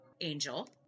angel